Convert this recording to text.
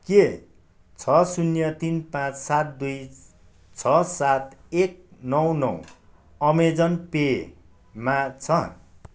के छ शून्य तिन पाँच सात दुई छ सात एक नौ नौ अमेजन पेमा छ